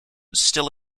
still